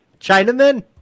Chinaman